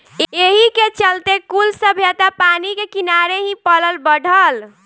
एही के चलते कुल सभ्यता पानी के किनारे ही पलल बढ़ल